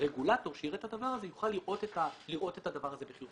רגולטור שיראה את הדבר הזה יוכל לראות את הדבר הזה בחיוב.